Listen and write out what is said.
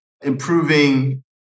improving